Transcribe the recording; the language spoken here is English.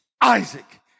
Isaac